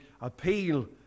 appeal